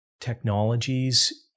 technologies